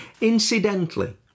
Incidentally